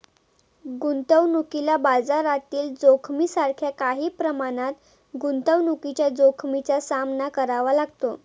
गुंतवणुकीला बाजारातील जोखमीसारख्या काही प्रमाणात गुंतवणुकीच्या जोखमीचा सामना करावा लागतो